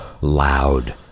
loud